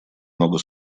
много